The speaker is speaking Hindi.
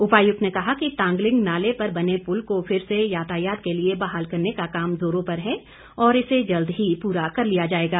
उपायुक्त ने कहा कि तांगलिंग नाले पर बने पुल को फिर से यातायात के लिए बहाल करने का काम जोरों पर है और इसे जल्द ही पूरा कर लिया जाएगा